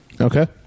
Okay